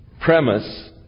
premise